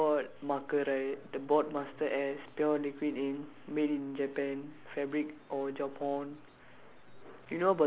you know the whiteboard marker right the board master S pure liquid ink made in Japan fabric